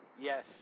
Yes